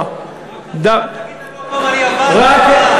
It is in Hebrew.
באירופה, רק, לנו עוד פעם על יוון וספרד.